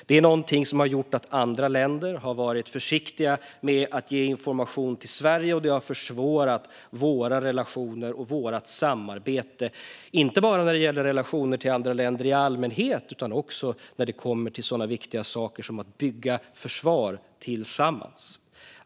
Det har gjort att andra länder har varit försiktiga med att ge information till Sverige, och det har försvårat våra relationer och vårt samarbete inte bara när det gäller relationer till andra länder i allmänhet utan också när det kommer till sådana viktiga saker som att bygga försvar tillsammans.